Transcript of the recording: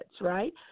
right